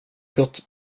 gott